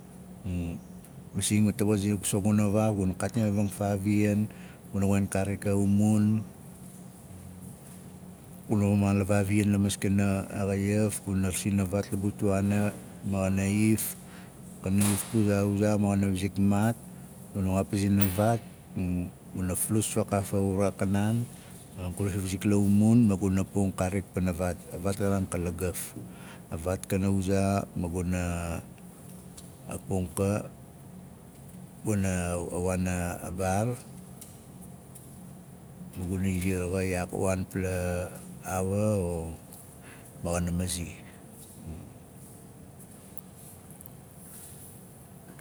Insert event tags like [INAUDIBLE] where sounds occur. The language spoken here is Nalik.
[HESITATION] masing ma tapos ina gu soxot vaaf guna kaatim a vang faaviyan guna wosin kaarik a umun guna xumaal a vaaaviyan la maskana a xaiaf guna rasin a vaat la butuaana ma xana iaf kana iaf puzaa wuzaa ma xang wizik maat guna waapizin a vaat [HESITATION] guna glus fakaaf wuraa a kanaan gu raasi fa wizik la umun ma guna pung kaarik pana vaat a- a naan ka lagaf a vaat kana wuzaa ma guna a pung ka guna a waan a maar ma guna iziar xa iyaak waanpla aawa o ma xana mazi